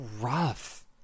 rough